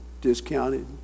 discounted